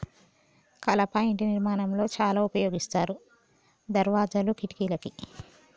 కలప ఇంటి నిర్మాణం లో చాల ఉపయోగిస్తారు దర్వాజాలు, కిటికలకి